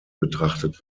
betrachtet